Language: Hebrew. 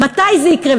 מתי זה יקרה?